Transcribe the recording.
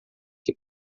que